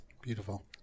Beautiful